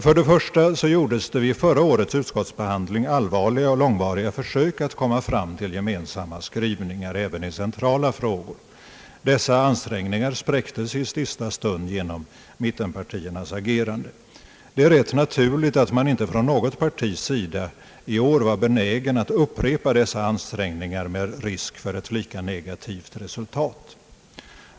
För det första gjordes vid förra årets utskottsbehandling allvarliga och långvariga försök att komma fram till gemensamma skrivningar även i centrala frågor. Dessa ansträngningar spräcktes i sista stund genom mittenpartiernas agerande. Det är rätt naturligt att man inte från något partis sida i år var benägen att upprepa dessa ansträngningar med risk för ett liknande negativt resultat.